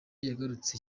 yagarutse